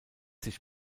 sich